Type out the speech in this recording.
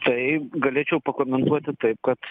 tai galėčiau pakomentuoti taip kad